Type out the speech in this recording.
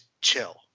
chill